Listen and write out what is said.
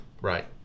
Right